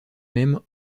même